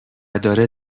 داره